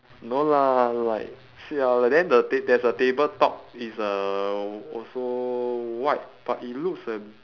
no lah like siao lah then the ta~ there's a tabletop it's uh also white but it looks a